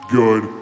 good